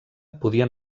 podien